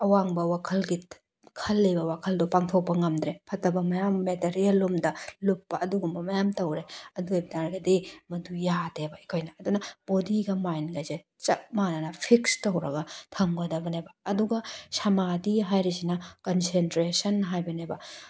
ꯑꯋꯥꯡꯕ ꯋꯥꯈꯜꯒꯤ ꯈꯜꯂꯤꯕ ꯋꯥꯈꯜꯗꯣ ꯄꯥꯡꯊꯣꯛꯄ ꯉꯝꯗ꯭ꯔꯦ ꯐꯠꯇꯕ ꯃꯌꯥꯝ ꯃꯦꯇꯤꯔꯤꯌꯦꯜ ꯂꯣꯝꯗ ꯂꯨꯞꯄ ꯑꯗꯨꯒꯨꯝꯕ ꯃꯌꯥꯝ ꯇꯧꯔꯤ ꯑꯗꯨ ꯑꯣꯏꯕ ꯇꯥꯔꯒꯗꯤ ꯃꯗꯨ ꯌꯥꯗꯦꯕ ꯑꯩꯈꯣꯏꯅ ꯑꯗꯨꯅ ꯕꯣꯗꯤꯒ ꯃꯥꯏꯟꯒꯁꯦ ꯆꯞ ꯃꯥꯟꯅꯅ ꯐꯤꯛꯁ ꯇꯧꯔꯒ ꯊꯝꯒꯗꯕꯅꯦꯕ ꯑꯗꯨꯒ ꯁꯥꯃꯗꯤ ꯍꯥꯏꯔꯤꯁꯤꯅ ꯀꯟꯁꯦꯟꯇ꯭ꯔꯦꯁꯟ ꯍꯥꯏꯕꯅꯦꯕ